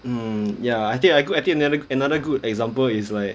um ya I think I go I think another good example is like